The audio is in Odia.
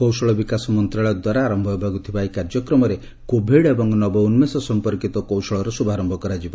କୌଶଳ ବିକାଶ ମନ୍ତ୍ରାଳୟ ଦ୍ୱାରା ଆରମ୍ଭ ହେବାକୁ ଥିବା ଏହି କାର୍ଯ୍ୟକ୍ରମରେ କୋଭିଡ୍ ଏବଂ ନବଉନ୍ଦ୍ରେଷ ସଂପର୍କିତ କୌଶଳର ଶୁଭାରମ୍ଭ କରାଯିବ